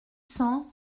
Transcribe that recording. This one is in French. cents